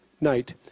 night